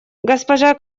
госпожа